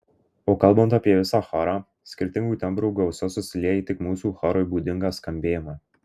o kalbant apie visą chorą skirtingų tembrų gausa susilieja į tik mūsų chorui būdingą skambėjimą